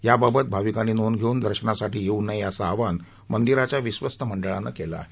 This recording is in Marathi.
याबाबत भाविकांनी नोंद घेऊन दर्शनासाठी येऊ नये असं आवाहन मंदिराच्या विश्वस्त मंडळानं केलं आहे